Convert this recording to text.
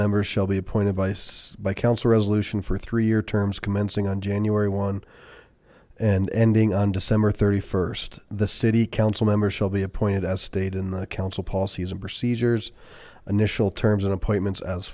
members shall be appointed by by council resolution for three year terms commencing on january one and ending on december st the city council members shall be appointed as state in the council policies and procedures initial terms and appointments as